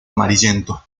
amarillento